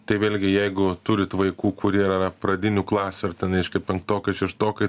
tai vėlgi jeigu turit vaikų kurie ir yra pradinių klasių ar ten reiškia penktokai šeštokai